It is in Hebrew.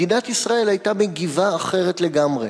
מדינת ישראל היתה מגיבה אחרת לגמרי.